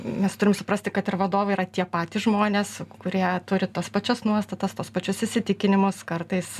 mes turim suprasti kad ir vadovai yra tie patys žmonės kurie turi tas pačias nuostatas tuos pačius įsitikinimus kartais